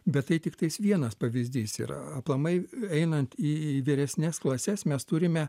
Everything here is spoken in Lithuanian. bet tai tiktais vienas pavyzdys yra aplamai einant į vyresnes klases mes turime